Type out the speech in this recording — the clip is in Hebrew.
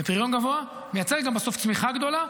ופריון גבוה מייצר בסוף גם צמיחה גדולה,